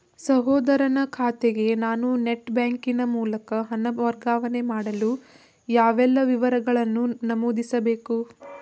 ಸಹೋದರನ ಖಾತೆಗೆ ನಾನು ನೆಟ್ ಬ್ಯಾಂಕಿನ ಮೂಲಕ ಹಣ ವರ್ಗಾವಣೆ ಮಾಡಲು ಯಾವೆಲ್ಲ ವಿವರಗಳನ್ನು ನಮೂದಿಸಬೇಕು?